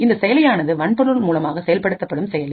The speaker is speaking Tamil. இந்த செயலியானது வன்பொருள் மூலமாக செயல்படுத்தப்படும் செயலி